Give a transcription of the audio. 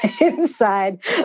inside